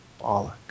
bollocks